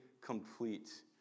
complete